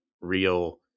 real